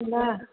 न